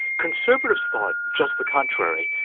conservatives thought just the contrary,